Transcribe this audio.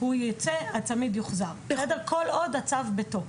הוא ייצא, הצמיד יוחזר כל עוד הצו בתוקף.